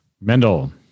Mendel